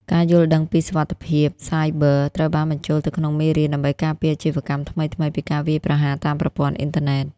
ការយល់ដឹងពី "សុវត្ថិភាពសាយប័រ" ត្រូវបានបញ្ចូលទៅក្នុងមេរៀន ដើម្បីការពារអាជីវកម្មថ្មីៗពីការវាយប្រហារតាមប្រព័ន្ធអ៊ីនធឺណិត។